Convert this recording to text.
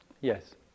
Yes